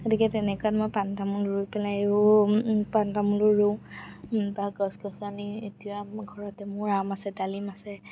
গতিকে সেই তেনেকুৱাত মই পাণ তামোল ৰুই পেলাইও পাণ তামোল ৰুওঁ বা গছ গছনি এতিয়া ঘৰতে মোৰ আম আছে ডালিম আছে